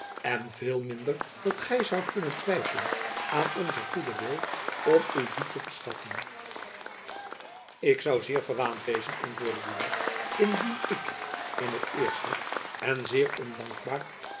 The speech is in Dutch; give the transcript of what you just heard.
en veel minder dat gy zoudt kunnen twijfelen aan onzen goeden wil om u die te verschaffen ik zoû zeer verwaand wezen antwoordde buat indien ik in het eerste en zeer ondankbaar